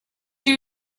you